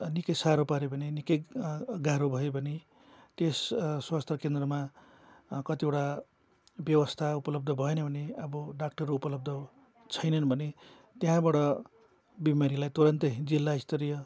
निकै साह्रो पार्यो भने निक्कै गाह्रो भयो भने त्यस स्वास्थ्य केन्द्रमा कतिवटा व्यवस्था उपलब्ध भएन भने अब डाक्टर उपलब्ध छैनन् भने त्यहाँबाट बिमारीलाई तुरन्तै जिल्लास्तरीय